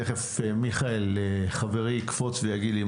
תיכף מיכאל חברי יקפוץ ויגיד לי,